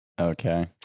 Okay